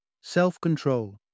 Self-Control